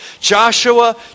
Joshua